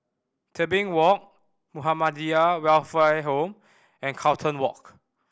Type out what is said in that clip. Tebing Walk Muhammadiyah Welfare Home and Carlton Walk